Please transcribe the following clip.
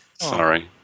Sorry